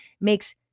makes